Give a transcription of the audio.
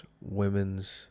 women's